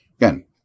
Again